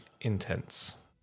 ...intense